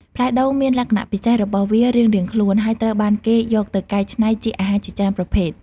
ផ្លែដូងមានលក្ខណៈពិសេសរបស់វារៀងៗខ្លួន ហើយត្រូវបានគេយកទៅកែច្នៃជាអាហារជាច្រើនប្រភេទ។